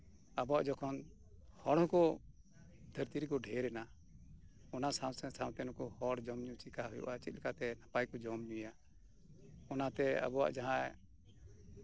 ᱟᱵᱚᱣᱟᱜ ᱡᱚᱛᱚᱠᱷᱚᱱ ᱦᱚᱲ ᱦᱚᱠᱚ ᱫᱷᱟᱹᱨᱛᱤ ᱨᱮᱠᱚ ᱫᱷᱮᱨ ᱮᱱᱟ ᱚᱱᱟ ᱥᱟᱶᱛᱮ ᱥᱟᱶᱛᱮᱱ ᱠᱚ ᱦᱚᱲ ᱡᱚᱢ ᱧᱩ ᱪᱤᱠᱟᱹ ᱦᱳᱭᱳᱜᱼᱟ ᱪᱮᱫ ᱞᱮᱠᱟᱛᱮ ᱱᱟᱯᱟᱭ ᱠᱚ ᱡᱚᱢ ᱧᱩᱭᱟ ᱚᱱᱟᱛᱮ ᱟᱵᱚᱣᱟᱜ ᱡᱟᱦᱟᱸ